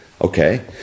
Okay